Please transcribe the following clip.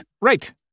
right